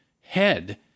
head